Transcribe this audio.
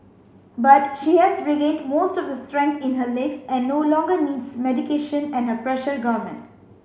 but she has regained most of the strength in her legs and no longer needs medication and her pressure garment